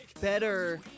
better